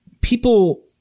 people